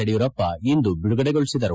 ಯಡಿಯೂರಪ್ಪ ಇಂದು ಬಿಡುಗಡೆಗೊಳಿಸಿದರು